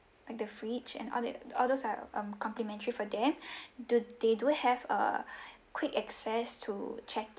like the fridge and all the all those are um complimentary for them do they do have a quick access to check